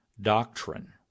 doctrine